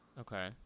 Okay